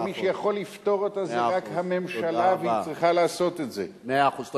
אבל מי שיכול לפתור אותה זה רק הממשלה, מאה אחוז.